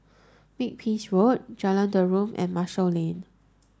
Makepeace Road Jalan Derum and Marshall Lane